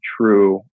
true